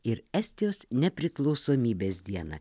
ir estijos nepriklausomybės dieną